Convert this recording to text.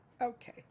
Okay